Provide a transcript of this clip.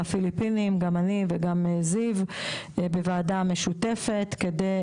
בפיליפינים, גם אני וגם זיו בוועדה משותפת כדי